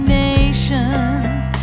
nations